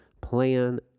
plan